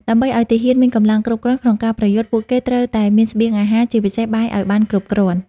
ដើម្បីឱ្យទាហានមានកម្លាំងគ្រប់គ្រាន់ក្នុងការប្រយុទ្ធ ពួកគេត្រូវតែមានស្បៀងអាហារ ជាពិសេសបាយឲ្យបានគ្រប់គ្រាន់។